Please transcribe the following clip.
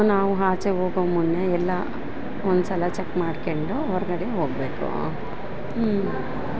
ನಾವು ಆಚೆ ಹೋಗೋ ಮುನ್ನ ಎಲ್ಲಾ ಒಂದ್ಸಲ ಚೆಕ್ ಮಾಡ್ಕೆಂಡು ಹೊರಗಡೆ ಹೋಗಬೇಕು